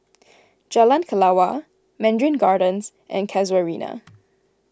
Jalan Kelawar Mandarin Gardens and Casuarina